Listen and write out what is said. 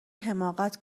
حماقت